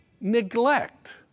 neglect